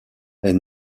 est